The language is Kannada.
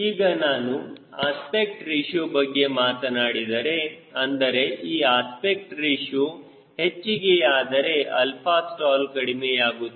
ಈಗ ನಾನು ಅಸ್ಪೆಕ್ಟ್ ರೇಶಿಯೋ ಬಗ್ಗೆ ಮಾತನಾಡಿದರೆ ಅಂದರೆ ಈ ಅಸ್ಪೆಕ್ಟ್ ರೇಶಿಯೋ ಹೆಚ್ಚಿಗೆಯಾದರೆ 𝛼stall ಕಡಿಮೆಯಾಗುತ್ತದೆ